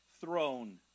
throne